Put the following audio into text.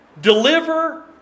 Deliver